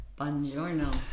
Buongiorno